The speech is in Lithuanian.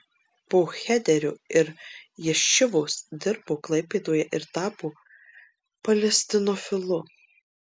po chederio ir ješivos dirbo klaipėdoje ir tapo palestinofilu